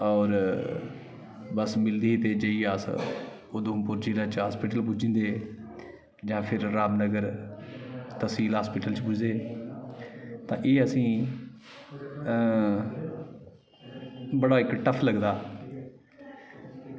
होर बस्स मिलदी ही ते जाइयै अस उधमपुर जिले च हॉस्पिटल पुज्जी जंदे हे जां फिर रामनगर तसील हॉस्पिटल च पुजदे हे तां एह् असें ई बड़ा इक टफ लगदा हा